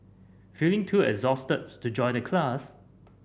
feeling too exhausted to join the class